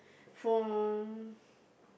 for